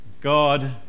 God